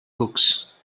books